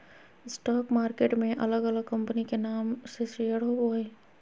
stock market में अलग अलग कंपनी के नाम से शेयर होबो हइ